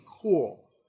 cool